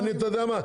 אתה יודע מה?